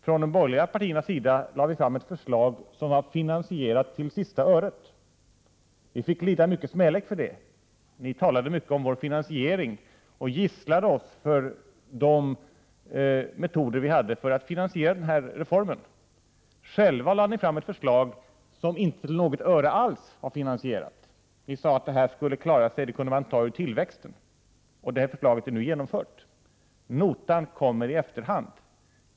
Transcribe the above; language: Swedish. Från de borgerliga partiernas sida lade vi fram ett förslag som var finansierat till sista öret. Vi fick lida mycken smälek för det. Ni socialdemokrater talade mycket om vår finansiering och gisslade oss för de metoder vi använde. Själva lade ni fram ett förslag som inte till något öre alls var finansierat. Ni sade att det skulle klara sig, det kunde man ta ur tillväxten. Det förslaget är nu genomfört. Notan kommer i efterhand.